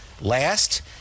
Last